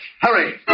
Hurry